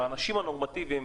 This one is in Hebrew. האנשים הנורמטיביים,